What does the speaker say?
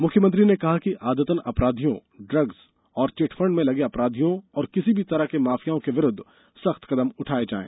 मुख्यमंत्री ने कहा कि आदतन अपराधियों ड्रग्स और चिटफंड में लगे अपराधियों और किसी भी तरह के माफिया के विरूद्ध सख्त कदम उठाये जायें